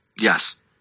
yes